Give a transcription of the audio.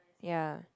ya